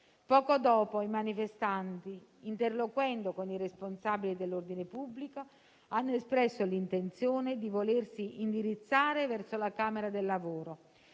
Poco dopo i manifestanti, interloquendo con i responsabili dell'ordine pubblico, hanno espresso l'intenzione di volersi indirizzare verso la camera del lavoro,